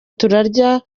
turarya